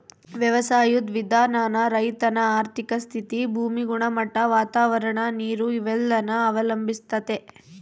ವ್ಯವಸಾಯುದ್ ವಿಧಾನಾನ ರೈತನ ಆರ್ಥಿಕ ಸ್ಥಿತಿ, ಭೂಮಿ ಗುಣಮಟ್ಟ, ವಾತಾವರಣ, ನೀರು ಇವೆಲ್ಲನ ಅವಲಂಬಿಸ್ತತೆ